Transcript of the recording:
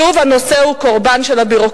ששוב הנושא הוא קורבן של הביורוקרטיה.